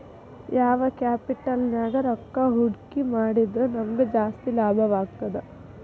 ಯಾವ್ ಕ್ಯಾಪಿಟಲ್ ನ್ಯಾಗ್ ರೊಕ್ಕಾ ಹೂಡ್ಕಿ ಮಾಡಿದ್ರ ನಮಗ್ ಜಾಸ್ತಿ ಲಾಭಾಗ್ತದ?